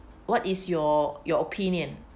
what is your your opinion